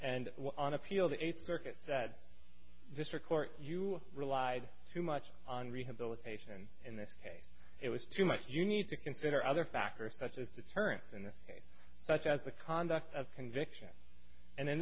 and on appeal the eighth circuit said visser court you relied too much on rehabilitation in this case it was too much you need to consider other factors such as deterrents and such as the conduct of conviction and in